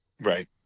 Right